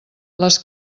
les